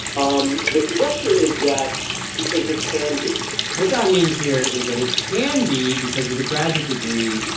um the conjecture is that because it can be what jon means here is that it can be because with a graduate degree,